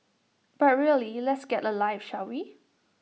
but really let's get A life shall we